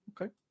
Okay